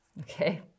Okay